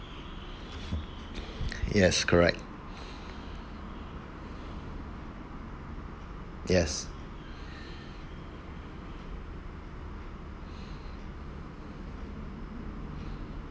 yes correct yes